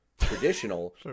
Traditional